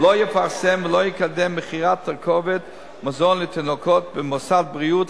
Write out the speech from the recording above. לא יפרסם ולא יקדם מכירת תרכובת מזון לתינוקות במוסד בריאות,